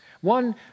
One